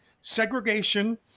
segregation